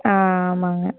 ஆ ஆமாங்க